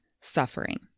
suffering